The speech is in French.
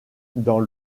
dans